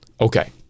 Okay